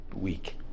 week